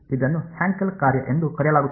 ಇದನ್ನು ಹ್ಯಾಂಕೆಲ್ ಕಾರ್ಯ ಎಂದು ಕರೆಯಲಾಗುತ್ತದೆ